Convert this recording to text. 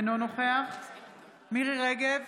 אינו נוכח מירי מרים רגב,